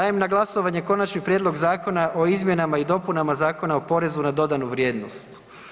Dajem na glasovanje Konačni prijedlog Zakona o izmjenama i dopunama Zakona o porezu na dodanu vrijednost.